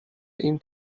این